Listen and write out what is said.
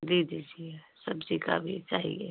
दे दीजिए सब्जी का भी चाहिए